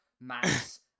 max